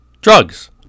drugs